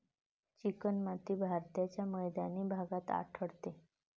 चिकणमाती भारताच्या मैदानी भागात आढळते